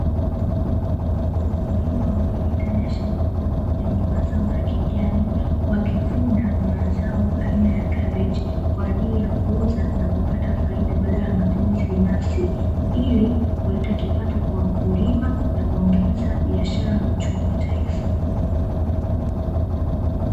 Wakulima wawili ndani ya shamba kubwa lenye mazao ya kijani wakivuna mazao aina ya kabeji kwaajili ya kuuza na kupata faida badala ya matumizi binafsi ili kuleta kipato kwa wakulima na kuongeza biashara na uchumi wa taifa.